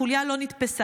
החוליה עדיין לא נתפסה,